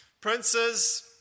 princes